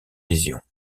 lésions